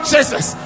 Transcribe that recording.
Jesus